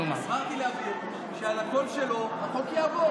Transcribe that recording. הסברתי, שעל הקול שלו החוק יעבור.